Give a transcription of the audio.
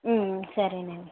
సరేనండి